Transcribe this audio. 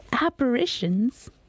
apparitions